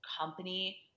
company